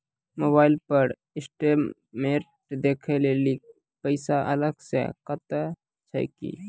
Mobile पर statement देखे लेली पैसा अलग से कतो छै की?